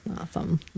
Awesome